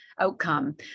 outcome